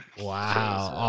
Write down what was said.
Wow